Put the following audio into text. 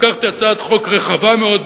לקחתי הצעת חוק רחבה מאוד,